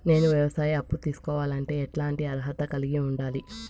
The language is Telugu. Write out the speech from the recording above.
నేను వ్యవసాయ అప్పు తీసుకోవాలంటే ఎట్లాంటి అర్హత కలిగి ఉండాలి?